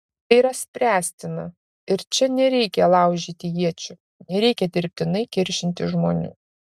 tai yra spręstina ir čia nereikia laužyti iečių nereikia dirbtinai kiršinti žmonių